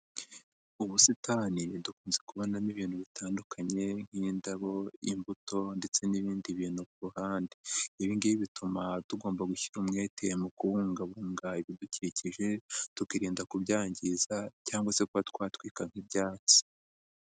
Ubusitani dukunze kubonamo ibintu bitandukanye nk'indabo, imbuto ndetse n'ibindi bintu ku ruhande, ibi ngibi bituma tugomba gushyira umwete mu kubungabunga ibidukikije, tukirinda kubyangiza cyangwa se kuba twatwika nk'ibyatsi.